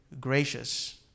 gracious